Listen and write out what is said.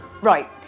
Right